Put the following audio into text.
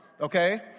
okay